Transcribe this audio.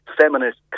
feminist